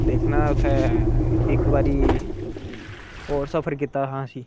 दिक्खना उत्थै इक बारी और सफर कीता हा असें